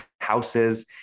houses